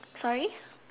sorry